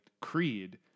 Creed